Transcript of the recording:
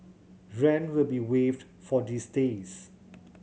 rent will be waived for these days